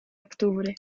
octubre